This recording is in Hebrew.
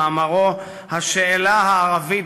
במאמרו "השאלה הערבית,